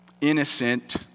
innocent